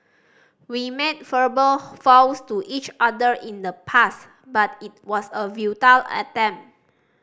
we made verbal vows to each other in the past but it was a futile attempt